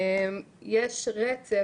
יש רצף